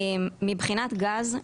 מבחינת גז,